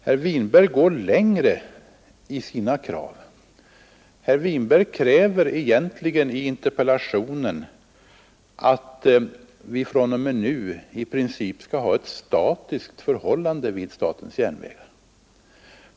Herr Winberg går längre i sina krav — herr Winberg kräver egentligen i interpellationen att vi fr.o.m. nu i princip skall ha ett statiskt förhållande vid statens järnvägar.